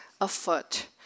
afoot